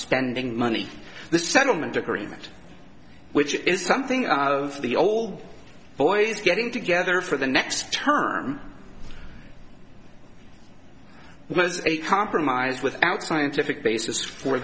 spending money the settlement agreement which is something of the old boys getting together for the next term was a compromise without scientific basis for